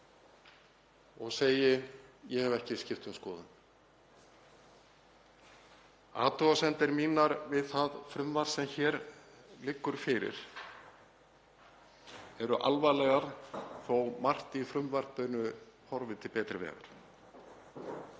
og segi: Ég hef ekki skipt um skoðun. Athugasemdir mínar við það frumvarp sem hér liggur fyrir eru alvarlegar þótt margt í frumvarpinu horfi til betri vegar.